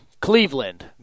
Cleveland